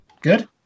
Good